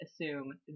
assume